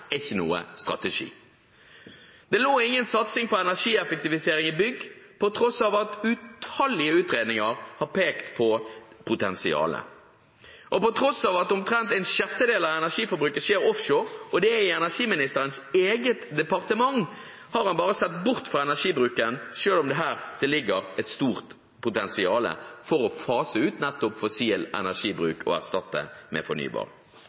er ikke noen strategi. Det ligger ingen satsing på energieffektivisering i bygg i meldingen, på tross av at utallige utredninger har pekt på potensialet. På tross av at omtrent en sjettedel av energiforbruket skjer offshore – og det er under hans eget departement – har energiministeren bare sett bort fra den energibruken, selv om det ligger et potensial her for å fase ut fossil energibruk og erstatte den med fornybar.